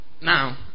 Now